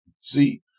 see